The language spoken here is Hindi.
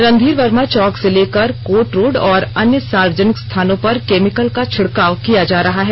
रणघीर वर्मा चौक से लेकर कोर्ट रोड और अन्य सार्वजनिक स्थानों पर केमिकल का छिड़काव किया जा रहा है